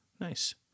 nice